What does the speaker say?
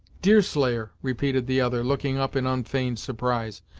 deerslayer! repeated the other, looking up in unfeigned surprise.